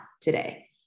today